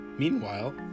Meanwhile